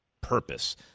purpose